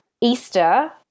Easter